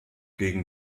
gegen